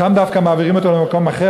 שם דווקא מעבירים אותו למקום אחר,